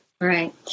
Right